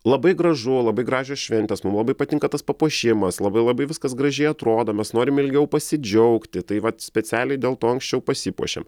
labai gražu labai gražios šventės mum labai patinka tas papuošimas labai labai viskas gražiai atrodo mes norim ilgiau pasidžiaugti tai vat specialiai dėl to anksčiau pasipuošėm